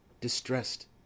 distressed